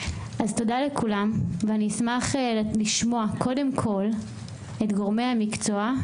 אני אשמח לשמוע קודם כל את גורמי המקצוע,